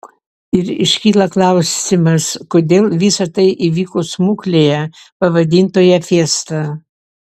ir iškyla klausimas kodėl visa tai įvyko smuklėje pavadintoje fiesta